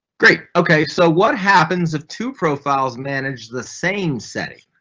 great ok. so what happens if two profiles and anaged the same setting?